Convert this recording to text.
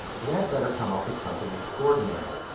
they had better come up with something extraordinary.